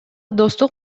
достук